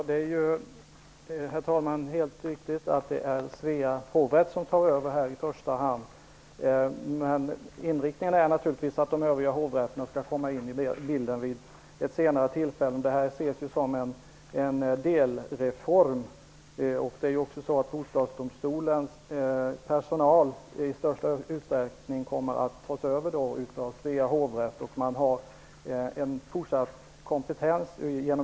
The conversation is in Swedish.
Herr talman! Det är helt riktigt att Svea hovrätt tar över i första hand. Inriktningen är naturligtvis att de övriga hovrätterna skall komma in i bilden vid ett senare tillfälle. Detta ses ju som en delreform. Bostadsdomstolens personal kommer i stor utsträckning att tas över av Svea hovrätt. Genom den personalen får man en fortsatt kompetens.